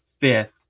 fifth